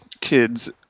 kids